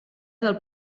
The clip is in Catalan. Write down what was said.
del